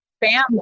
family